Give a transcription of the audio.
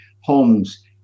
homes